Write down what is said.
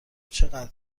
چقدر